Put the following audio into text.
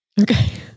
Okay